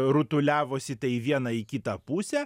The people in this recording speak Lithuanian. rutuliavosi tai vieną į kitą pusę